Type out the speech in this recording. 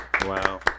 Wow